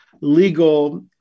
legal